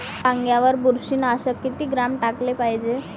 वांग्यावर बुरशी नाशक किती ग्राम टाकाले पायजे?